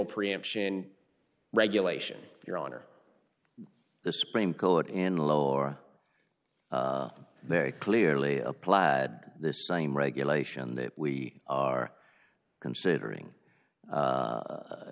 preemption regulation your honor the supreme court in lower there clearly a plaid the same regulation that we are considering